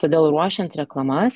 todėl ruošiant reklamas